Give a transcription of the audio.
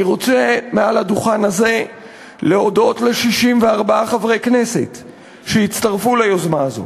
אני רוצה מעל הדוכן הזה להודות ל-64 חברי הכנסת שהצטרפו ליוזמה הזאת.